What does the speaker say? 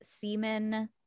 Semen